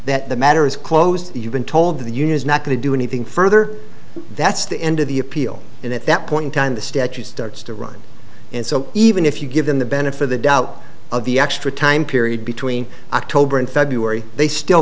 that the matter is closed you've been told the unit is not going to do anything further that's the end of the appeal and at that point in time the statute starts to run and so even if you give them the benefit of the doubt of the extra time period between october and february they still